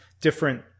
different